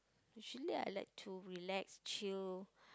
usually I like to relax chill